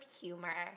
humor